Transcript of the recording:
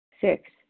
Six